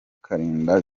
kalinda